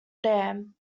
dam